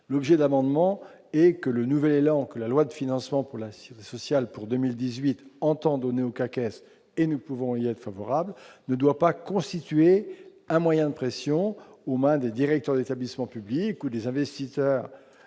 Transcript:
l'objet d'amendements et que le nouvel élan que la loi de financement pour la suite sociale pour 2018 entend donner au cacao et nous pouvons il y a favorable ne doit pas constituer un moyen de pression aux mains des directeurs d'établissements publics ou des investisseurs,